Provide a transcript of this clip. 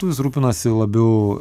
lietuvis rūpinasi labiau